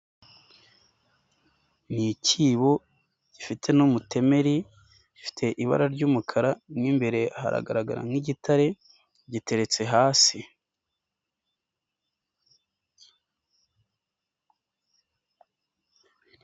N'icyibo gifite n'umutemeri gifite ibara ry'umukara mu imbere haragaragara nk'igitare giteretse hasi.